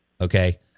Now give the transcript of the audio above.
Okay